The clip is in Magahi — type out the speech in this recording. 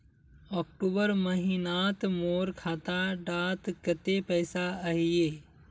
अक्टूबर महीनात मोर खाता डात कत्ते पैसा अहिये?